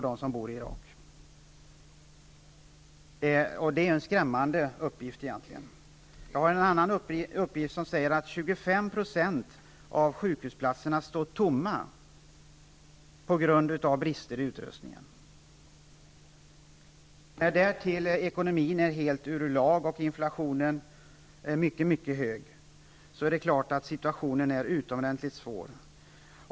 Det är egentligen en skrämmande uppgift. En annan uppgift säger att 25 % av sjukhusplatserna står tomma på grund av brister i utrustningen. När ekonomin därtill är helt ur lag och inflationen mycket hög är det klart att situationen blir utomordentligt svår.